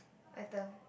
my turn